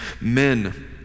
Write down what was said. men